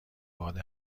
باد